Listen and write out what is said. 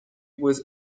was